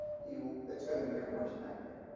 you, it's gonna be your worst nightmare.